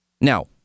Now